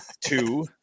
two